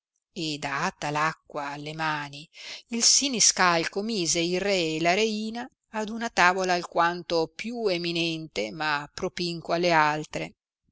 e data l'acqua alle mani il siniscalco mise il re e la reina ad una tavola alquanto più eminente ma propinqua alle altre